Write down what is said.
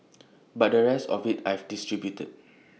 but the rest of IT I've distributed